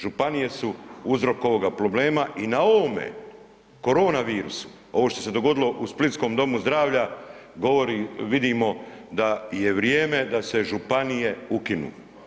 Županije su uzrok ovoga problema i na ovome korona virusu ovo što se dogodilo u splitskom domu zdravlja, govori, vidimo da je vrijeme da se županije ukinu.